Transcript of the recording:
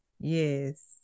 Yes